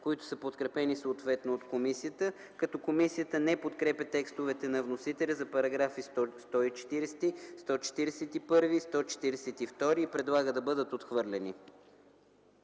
Корнезов, подкрепени от комисията. Комисията не подкрепя текстовете на вносителя за параграфи 140, 141 и 142 и предлага да бъдат отхвърлени.